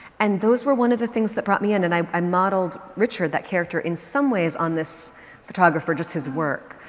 and those were one of the things that brought me in and and i i modeled richard, that character, in some ways on this photographer, just his work.